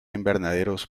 invernaderos